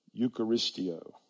eucharistio